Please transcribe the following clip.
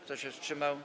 Kto się wstrzymał?